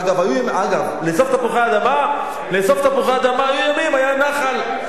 אגב, לאסוף תפוחי אדמה, היו ימים, היה נח"ל.